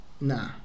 Nah